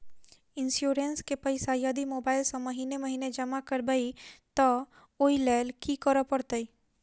Insurance केँ पैसा यदि मोबाइल सँ महीने महीने जमा करबैई तऽ ओई लैल की करऽ परतै?